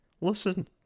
listen